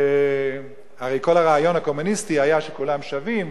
הרי כל הרעיון הקומוניסטי היה שכולם שווים,